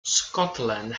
scotland